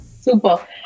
Super